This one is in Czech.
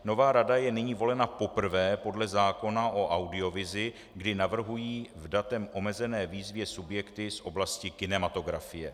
Nová rada je nyní volena poprvé podle zákona o audiovizi, kdy navrhují v datem omezené výzvě subjekty z oblasti kinematografie.